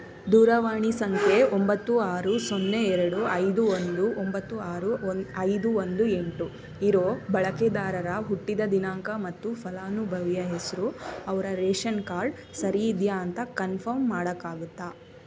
ದೂರವಾಣಿ ಸಂಖ್ಯೆ ಒಂಬತ್ತು ಆರು ಸೊನ್ನೆ ಎರಡು ಐದು ಒಂದು ಒಂಬತ್ತು ಆರು ಒನ್ ಐದು ಒಂದು ಎಂಟು ಇರೋ ಬಳಕೆದಾರರ ಹುಟ್ಟಿದ ದಿನಾಂಕ ಮತ್ತು ಫಲಾನುಭವಿಯ ಹೆಸರು ಅವರ ರೇಷನ್ ಕಾರ್ಡ್ ಸರಿಯಿದೆಯಾ ಅಂತ ಕನ್ಫರ್ಮ್ ಮಾಡೋಕ್ಕಾಗತ್ತಾ